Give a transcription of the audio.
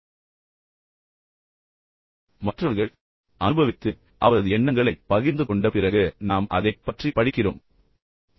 கேட்பது மற்றவர்களிடமிருந்து கேட்பது வாசிப்பது யாரோ ஒருவரிடமிருந்து படிப்பது வாழ்க்கையை அனுபவித்து பின்னர் அவரது எண்ணங்களைப் பகிர்ந்து கொண்ட பிறகு நாம் அதைப் பற்றி படிக்கிறோம் அது